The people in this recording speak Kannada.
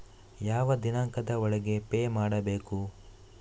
ಯಾವ ದಿನಾಂಕದ ಒಳಗೆ ಪೇ ಮಾಡಬೇಕು?